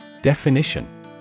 Definition